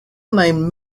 named